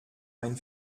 ein